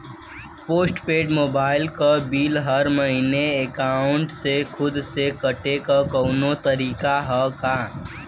Post paid mobile क bill हर महिना एकाउंट से खुद से कटे क कौनो तरीका ह का?